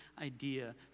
idea